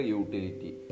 utility